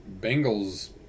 Bengals